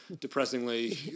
depressingly